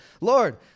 Lord